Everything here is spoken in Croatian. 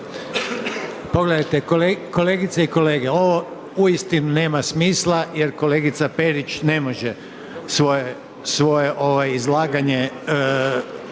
Pogledajte kolegice i kolege, ovo uistinu nema smisla jer kolegica Perić ne može svoje izlaganje reći